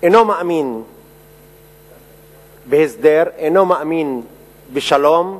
אינו מאמין בהסדר, אינו מאמין בשלום,